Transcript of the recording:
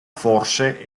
forse